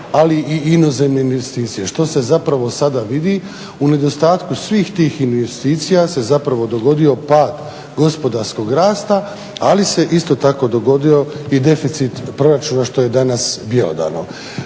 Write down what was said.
ali i inozemne investicije što se sada vidi. U nedostatku svih tih investicija se dogodio pad gospodarskog rasta ali se isto tako dogodio i deficit proračuna što je danas bjelodano.